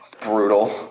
brutal